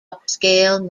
upscale